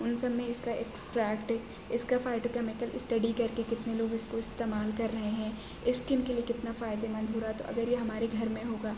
ان سب میں اس کا ایکسٹراٹک اس کا کرکے کتنے لوگ اس کو استعمال کر رہے ہیں اسکن کے لئے کتنا فائدہ مند ہو رہا تو اگر یہ ہمارے گھر میں ہوگا